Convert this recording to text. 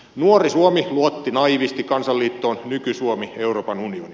nuori suomi luotti naiivisti kansainliittoon nyky suomi euroopan unioniin